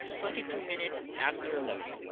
twenty-two minutes after eleven,